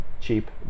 cheap